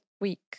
week